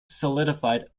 solidified